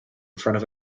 front